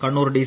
Kannur D